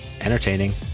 entertaining